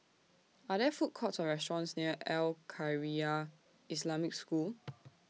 Are There Food Courts Or restaurants near Al Khairiah Islamic School